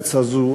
הארץ הזאת.